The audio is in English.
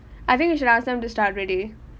I think you should ask them to start already